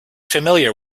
familiar